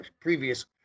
previous